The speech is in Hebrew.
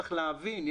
צריך להבין,